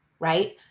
right